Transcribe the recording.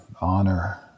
honor